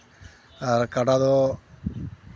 ᱟᱨ ᱠᱟᱰᱟ ᱫᱚ